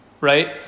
Right